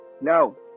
no